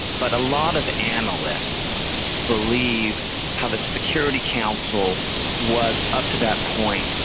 but a lot of analysts believe how the security council was up to that point,